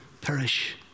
perish